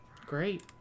Great